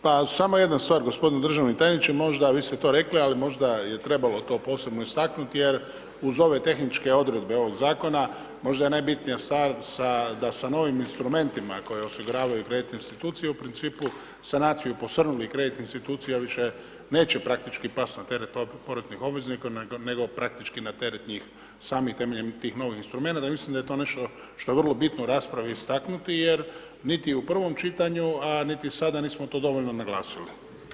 Pa samo jedna stvar, g. državni tajniče, možda vi ste to rekli, ali možda je trebalo to posebno istaknuti jer uz ove tehničke odredbe ovog zakona, možda je najbitnija stvar da sa novim instrumentima koje osiguravaju ... institucije u principu sanaciju posrnulih kreditnih institucija više neće praktički past na teret poreznih obveznika nego praktički na teret njih samih temeljem tih novih instrumenata i mislim da je to nešto što je vrlo bitno u raspravi istaknuti jer niti u prvom čitanju, a niti sada nismo to dovoljno naglasili.